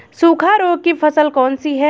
सूखा रोग की फसल कौन सी है?